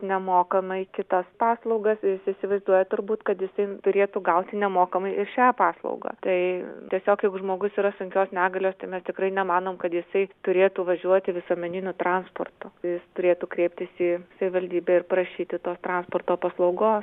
nemokamai kitas paslaugas jis įsivaizduoja turbūt kad jisai turėtų gauti nemokamai ir šią paslaugą tai tiesiog jeigu žmogus yra sunkios negalios tai mes tikrai nemanom kad jisai turėtų važiuoti visuomeniniu transportu jis turėtų kreiptis į savivaldybę ir prašyti tos transporto paslaugos